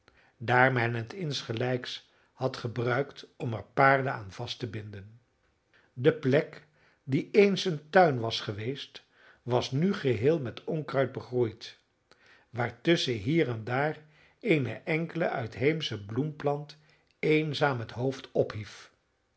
men het insgelijks had gebruikt om er paarden aan vast te binden de plek die eens een tuin was geweest was nu geheel met onkruid begroeid waartusschen hier en daar eene enkele uitheemsche bloemplant eenzaam het hoofd ophief